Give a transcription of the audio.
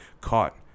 caught